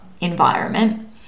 environment